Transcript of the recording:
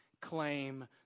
claim